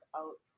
out